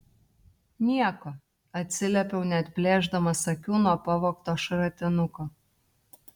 nieko atsiliepiau neatplėšdamas akių nuo pavogto šratinuko